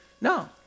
no